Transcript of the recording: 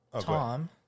Tom